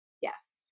Yes